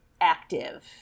active